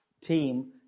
team